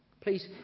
Please